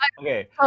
Okay